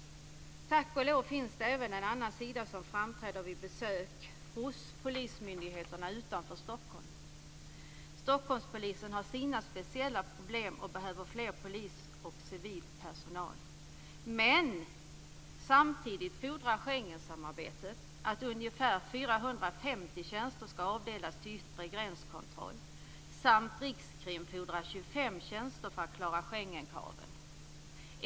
Tack och lov finns det även en annan sida, som framträder vid besök hos polismyndigheter utanför Stockholm. Stockholmspolisen har sina speciella problem och behöver fler poliser och civil personal. Men samtidigt fordrar Schengensamarbetet att ungefär 450 tjänster ska avdelas till yttre gränskontroll. Rikskrim fordrar också 25 tjänster för att klara Schengenkraven.